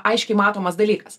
aiškiai matomas dalykas